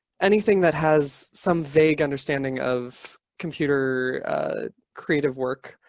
anything that has some vague understanding of computer creative work,